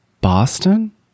boston